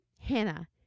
hannah